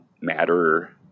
matter